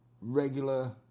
regular